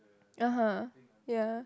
(uh huh) ya